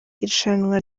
irushanwa